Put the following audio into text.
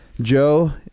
Joe